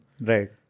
Right